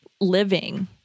living